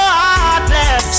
heartless